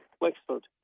Wexford